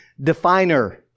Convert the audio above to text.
definer